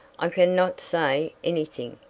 i can not say any thing,